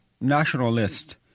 nationalist